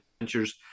adventures